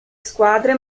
squadre